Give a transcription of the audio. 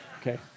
okay